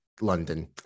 London